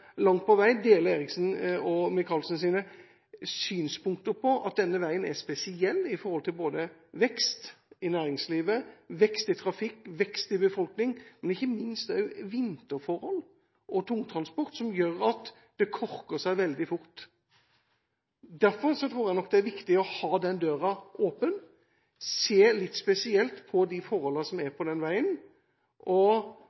langt på vei deler Eriksens og Michaelsens synspunkter på at denne veien er spesiell med tanke på både vekst i næringslivet, vekst i trafikken og vekst i befolkningen, men ikke minst også når det gjelder vinterforhold og tungtransport, som gjør at det korker seg veldig fort. Derfor tror jeg nok det er viktig å ha den døren åpen, se litt spesielt på